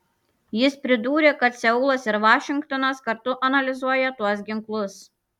jis pridūrė kad seulas ir vašingtonas kartu analizuoja tuos ginklus